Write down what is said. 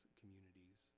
communities